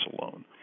alone